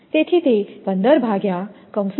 તેથી તે 15 1 0